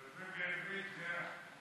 דברי בעברית, לאה.